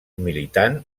militant